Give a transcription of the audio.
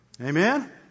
Amen